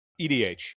EDH